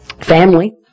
Family